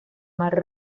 mar